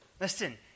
Listen